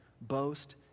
boast